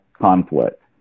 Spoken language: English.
conflict